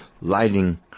lighting